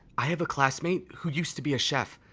i have a classmate who used to be a chef.